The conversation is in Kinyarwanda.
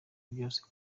byose